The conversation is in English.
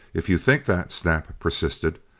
if you think that, snap persisted,